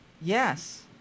Yes